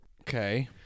Okay